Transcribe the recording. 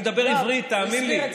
יואב, אני מדבר עברית, תאמין לי.